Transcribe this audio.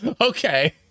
Okay